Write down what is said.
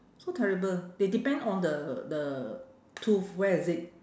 so terrible they depend on the the tooth where is it